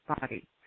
body